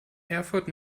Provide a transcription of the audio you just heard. erfurt